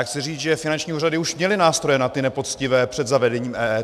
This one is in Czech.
Chci říct, že finanční úřady už měly nástroje na ty nepoctivé před zavedením EET.